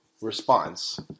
response